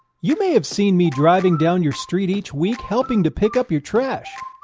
you may have seen me driving down your street each week helping to pick up your trash!